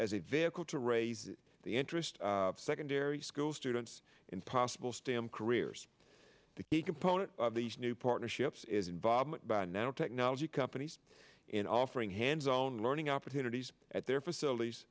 as a vehicle to raise the interest of secondary school students in possible stem careers the key component of these new partnerships is involvement by now technology companies in offering hands own learning opportunities at their facilities